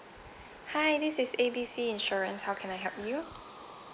hi this is A B C insurance how can I help you